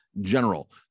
General